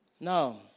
No